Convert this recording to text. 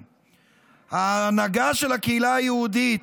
ההנהגה של הקהילה היהודית,